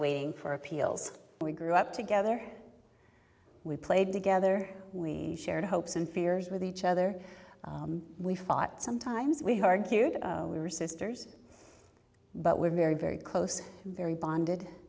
waiting for appeals but we grew up together we played together we shared hopes and fears with each other we fought sometimes we hard here we were sisters but we're very very close very bonded